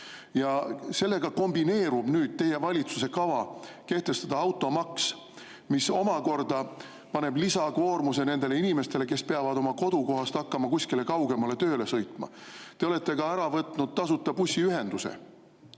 Sellega kombineerub teie valitsuse kava kehtestada automaks, mis omakorda paneb lisakoormuse nendele inimestele, kes peavad oma kodukohast hakkama kuskile kaugemale tööle sõitma. Te olete ära [kaotanud] ka tasuta bussiühenduse.